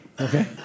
okay